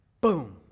Boom